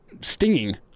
stinging